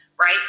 right